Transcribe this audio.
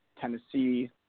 Tennessee